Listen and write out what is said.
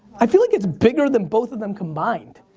i feel like it's bigger than both of them combined.